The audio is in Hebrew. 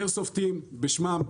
איירסופטים בשמם.